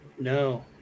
No